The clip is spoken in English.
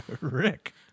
Rick